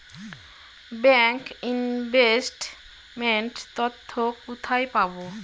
Bank investment তথ্য কোথায় পাব?